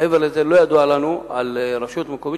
מעבר לזה לא ידוע לנו על רשות מקומית